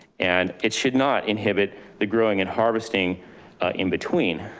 and it should not inhibit the growing and harvesting in between.